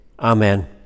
Amen